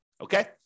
okay